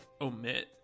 omit